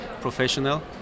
professional